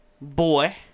boy